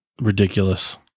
Ridiculous